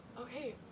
Okay